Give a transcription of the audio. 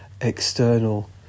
external